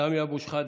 סמי אבו שחאדה,